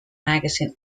magazine